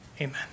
Amen